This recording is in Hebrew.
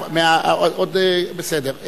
בסדר.